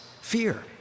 fear